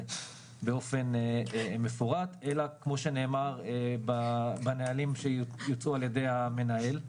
באופן מפורט אלא כמו שנאמר בנהלים שיוצאו על ידי המנהל.